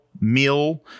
meal